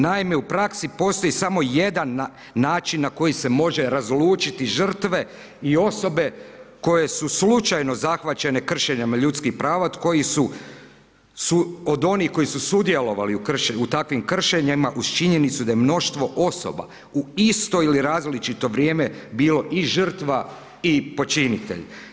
Naime, u praksi postoji samo jedan način na koji se može razlučiti žrtve i osobe koje su slučajno zahvaćene kršenjem ljudskih prava koji su od onih koji su sudjelovali u takvim kršenjima uz činjenicu da je mnoštvo osoba u isto ili različito vrijeme bilo i žrtva i počinitelj.